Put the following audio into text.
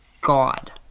God